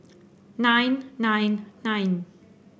nine nine nine